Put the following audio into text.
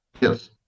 Yes